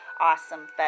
awesome